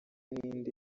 n’indi